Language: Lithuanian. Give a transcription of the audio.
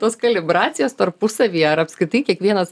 tos kalibracijos tarpusavyje ar apskritai kiekvienas